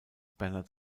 bernhard